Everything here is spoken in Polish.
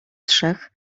trzech